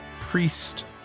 Priest